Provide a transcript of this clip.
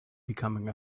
becoming